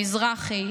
מזרחי,